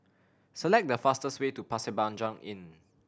select the fastest way to Pasir Panjang Inn